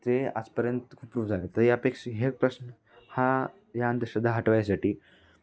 ते आजपर्यंत खूप सुरू झाले तर यापेक्षा हे प्रश्न हा या अंधश्रद्धा हटवण्यासाठी